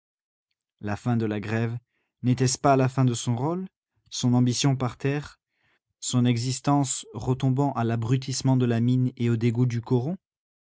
la fin de la grève n'était-ce pas la fin de son rôle son ambition par terre son existence retombant à l'abrutissement de la mine et aux dégoûts du coron